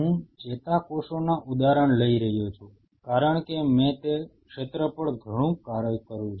હું ચેતાકોષોના ઉદાહરણો લઈ રહ્યો છું કારણ કે મેં તે ક્ષેત્ર પર ઘણું કાર્ય કર્યું છે